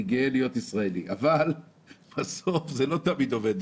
אני גאה להיות ישראלי, אבל בסוף לא תמיד זה עובד.